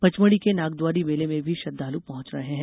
पचमढी के नागद्वारी मेले में में भी श्रद्वालु पहुंच रहे है